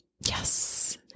Yes